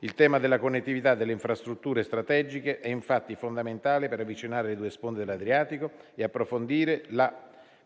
Il tema della connettività delle infrastrutture strategiche è infatti fondamentale per avvicinare le due sponde dell'Adriatico e approfondire la